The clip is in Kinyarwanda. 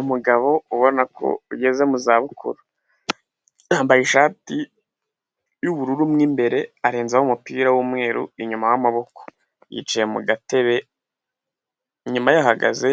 Umugabo ubona ko ugeze mu zabukuru. Yambaye ishati y'ubururu mo mbere arenzaho umupira w'umweru inyuma y'amaboko. Yicaye mu gatebe inyuma yaho hahagaze